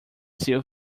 still